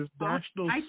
National